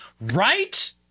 right